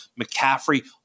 McCaffrey